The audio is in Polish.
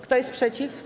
Kto jest przeciw?